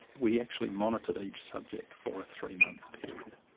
we actually monitored each subject for a three month period.